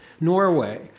Norway